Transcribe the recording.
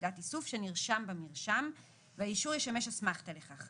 נקודת איסוף שנרשם במרשם והאישור ישמש אסמכתא לכך,